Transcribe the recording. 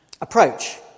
approach